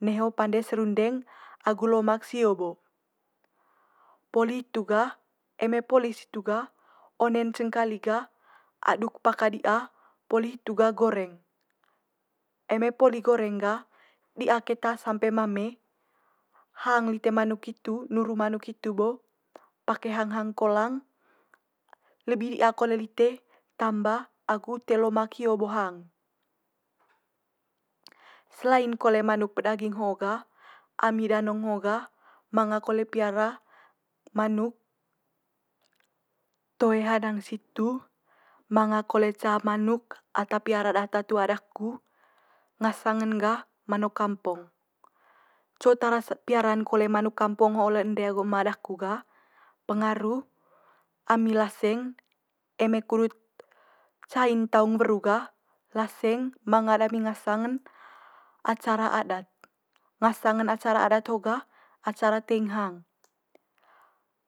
Neho pande serundeng agu lomak sio bo. Poli hitu gah eme poli situ gah, one'n cengakali gah aduk pake di'a poli hitu gah goreng. Eme poli goreng ga di'a keta sampe mame hang lite manuk hitu nuru manuk hitu bo pake hang hang kolang, lebi di'a kole lite tamba agu ute lomak hio bo hang. Selain kole manuk pedaging ho'o ga ami danong ho ga manga kole piara manuk toe hanang situ, manga kole ca manuk ata piara data tu'a daku, ngasang en ga manuk kampong. Co tara piara'n kole manuk kampong ho le ende agu ema daku ga, pengaru ami laseng eme kudut cai ntaung weru ga, laseng manga dami ngasang en acara adat. Ngasang en acara adat ho'o ga acara teing hang.